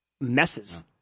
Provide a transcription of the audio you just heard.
messes